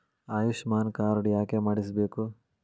Ayushman card ಯಾಕೆ ಮಾಡಿಸಬೇಕು?